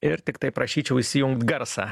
ir tiktai prašyčiau įsijungt garsą